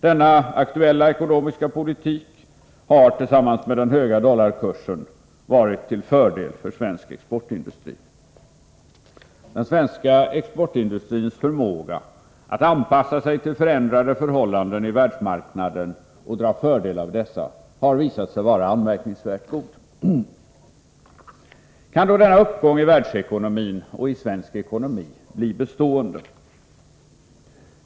Denna aktuella ekonomiska politik i USA har tillsammans med den höga dollarkursen varit till fördel för svensk exportindustri. Den svenska exportindustrins förmåga att anpassa sig till förändrade förhållanden i världsmarknaden och dra fördel av dessa har visat sig vara anmärkningsvärt god. Kan då denna uppgång i världsekonomin och i svensk ekonomi bli bestående?